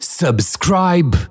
subscribe